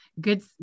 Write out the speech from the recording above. good